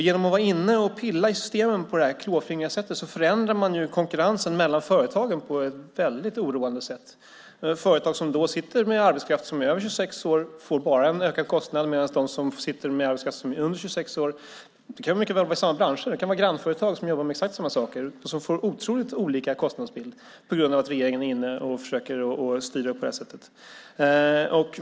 Genom att vara inne och pilla i systemen på det klåfingriga sättet förändrar man konkurrensen mellan företagen på ett väldigt oroande sätt. Företag som sitter med arbetskraft som är över 26 år får bara en ökad kostnad, medan de som sitter med arbetskraft som är under 26 år får en sänkning. Det kan mycket väl vara samma branscher. Det kan vara grannföretag som jobbar med exakt samma saker och som får otroligt olika kostnadsbild på grund av att regeringen är inne och försöker styra på det sättet.